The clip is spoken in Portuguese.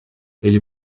ele